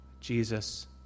Jesus